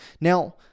Now